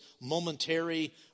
momentary